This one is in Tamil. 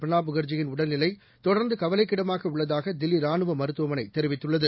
பிரணாப் முகர்ஜியின் உடல்நிலை தொடர்ந்து கவலைக்கிடமாக உள்ளதாக தில்லி ராணுவ மருத்துவமனை தெரிவித்துள்ளது